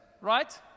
right